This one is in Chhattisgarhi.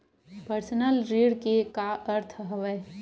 पर्सनल ऋण के का अर्थ हवय?